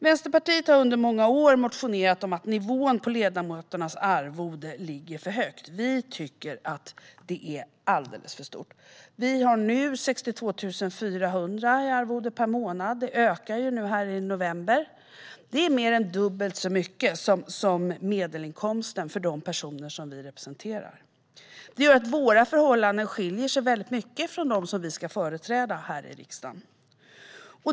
Vänsterpartiet har under många år motionerat om att nivån på ledamöternas arvode ligger för högt. Vi tycker att arvodet är alldeles för stort. Vi har nu 62 400 i arvode per månad, och det ökar nu i november. Det är mer än dubbelt så mycket som medelinkomsten för de personer som vi representerar. Det gör att våra förhållanden skiljer sig väldigt mycket från förhållandena för dem som vi ska företräda här i riksdagen.